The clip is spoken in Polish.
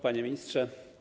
Panie Ministrze!